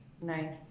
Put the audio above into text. Nice